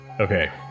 Okay